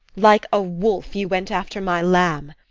like a wolf you went after my lamb.